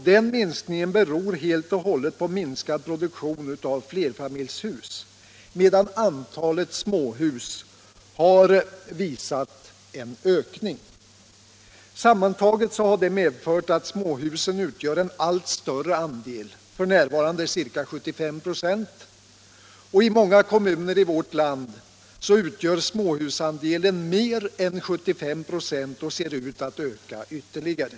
Denna minskning beror helt och hållet på minskad produktion av flerfamiljshus, medan antalet småhus har visat en ökning. Sammantaget har detta medfört att småhusen utgör en allt större andel — f.n. ca 75 26. I många kommuner i vårt land utgör småhusandelen mer än 75 26 och ser ut att öka ytterligare.